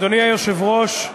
אדוני היושב-ראש,